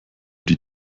die